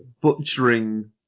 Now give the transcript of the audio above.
butchering